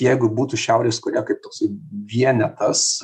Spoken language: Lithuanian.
jeigu būtų šiaurės korėja kaip toksai vienetas